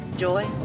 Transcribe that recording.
Joy